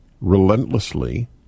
relentlessly